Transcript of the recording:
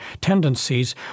tendencies